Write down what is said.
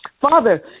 father